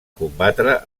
combatre